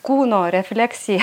kūno refleksija